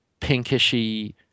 pinkishy